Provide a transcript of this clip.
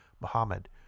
Muhammad